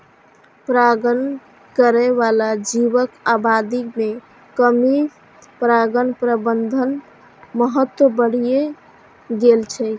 परागण करै बला जीवक आबादी मे कमी सं परागण प्रबंधनक महत्व बढ़ि गेल छै